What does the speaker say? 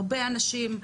הרבה אנשים,